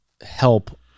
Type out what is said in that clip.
help